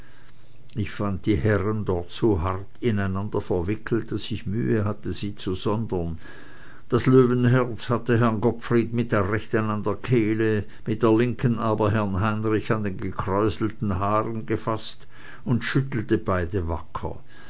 ich fand die herren dort so hart ineinander verwickelt daß ich mühe hatte sie zu sondern das löwenherz hatte herrn gottfried mit der rechten an der kehle mit der linken aber herrn heinrich an den gekräuselten haaren gefaßt und schüttelte beide